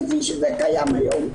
כפי שזה קיים היום.